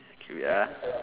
K ah